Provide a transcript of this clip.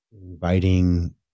inviting